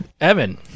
evan